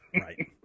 Right